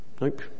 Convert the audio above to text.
Nope